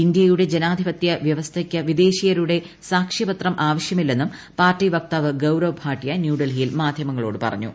ഇന്ത്യയുടെ ജനാധിപത്യ വൃവസ്ഥയ്ക്ക് വിദേശിയരുടെ സാക്ഷൃപത്രം ആവശ്യമില്ലെന്നും പാർട്ടി വക്താവ് ഗൌരവ് ഭാട്ടിയ ന്യൂഡൽഹിയിൽ മാധ്യമങ്ങളോട് പറഞ്ഞു